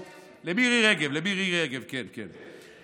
למירי רגב, למירי רגב, כן, כן.